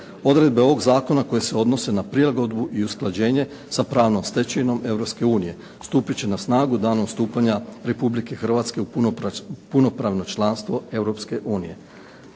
Odredbe ovog zakona koje se odnose na prilagodbu i usklađenje sa pravnom stečevinom Europske unije. Stupit će na snagu danom stupanja Republike Hrvatske u punopravno članstvo